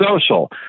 Social